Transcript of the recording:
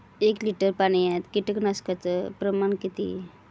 एक लिटर पाणयात कीटकनाशकाचो प्रमाण किती?